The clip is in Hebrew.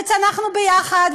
וצנחנו ביחד,